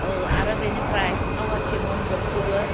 औ आरो बेनिफ्राय आवाथि मनदपखौबो